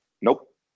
Nope